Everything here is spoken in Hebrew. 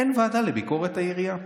אין ועדה לביקורת העירייה,